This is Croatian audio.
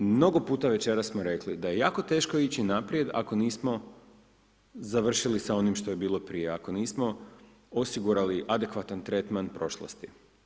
Mnogo puta večeras smo rekli da je jako teško ići naprijed ako nismo završili s onim što je bilo prije, ako nismo osigurali adekvatan tretman prošlosti.